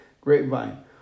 Grapevine